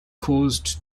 caused